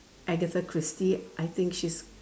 agatha christie I think she is